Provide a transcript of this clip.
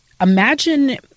Imagine